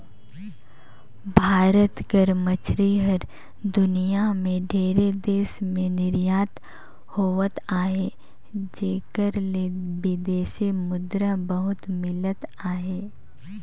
भारत कर मछरी हर दुनियां में ढेरे देस में निरयात होवत अहे जेकर ले बिदेसी मुद्रा बहुत मिलत अहे